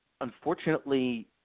unfortunately